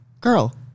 girl